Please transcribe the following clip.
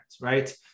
right